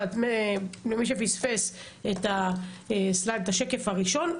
למי שפספס את השקף הראשון,